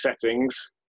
settings